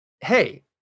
Hey